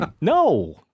No